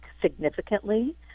significantly